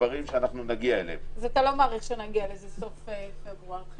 אז אתה לא מעריך שנגיע לזה בסוף פברואר.